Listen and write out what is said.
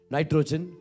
Nitrogen